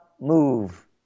move